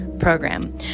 program